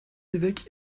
évêque